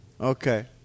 Okay